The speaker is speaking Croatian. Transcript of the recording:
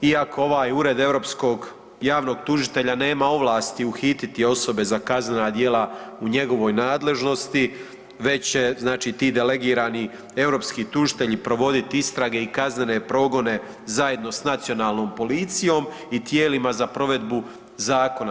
Iako ovaj Ured europskog javnog tužitelja nema ovlasti uhititi osobe za kaznena djela u njegovoj nadležnosti, već će znači ti delegirani europski tužitelji provoditi istrage i kaznene progone zajedno sa nacionalnom policijom i tijelima za provedbu zakona.